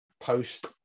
post